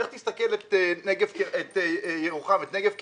לך תסתכל על ירוחם, על נגב קרמיקה.